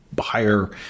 higher